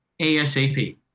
ASAP